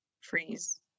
freeze